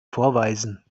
vorweisen